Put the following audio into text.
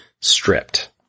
stripped